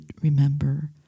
remember